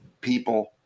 people